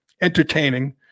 entertaining